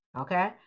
Okay